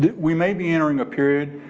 ah we may be entering a period.